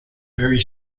very